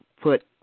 put